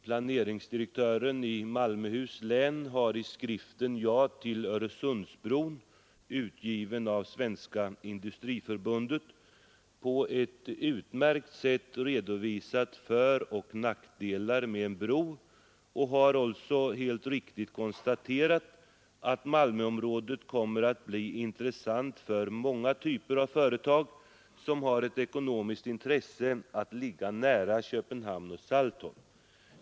Planeringsdirektören i Malmöhus län har i skriften Ja till Öresundsbron, utgiven av Sveriges industriförbund, på ett utmärkt sätt redovisat föroch nackdelar med en bro. Han har också helt riktigt konstaterat att Malmöområdet kommer att bli intressant för många typer av företag som har ett ekonomiskt intresse av att ligga nära Köpenhamn och Saltholm.